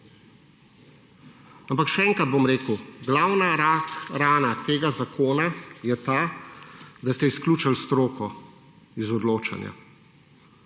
Ampak še enkrat bom rekel, glavna rak rana tega zakona je ta, da ste izključili stroko iz odločanja,